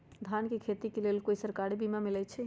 धान के खेती के लेल कोइ सरकारी बीमा मलैछई?